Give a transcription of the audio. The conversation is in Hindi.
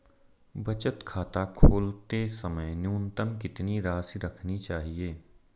बचत खाता खोलते समय न्यूनतम कितनी राशि रखनी चाहिए?